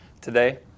today